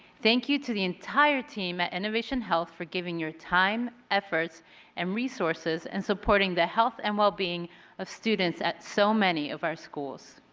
thank you to the entire team at innovation health for giving your time, efforts and resources in and supporting the health and well being of students at so many of our schools.